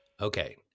Okay